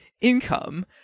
income